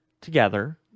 together